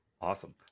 Awesome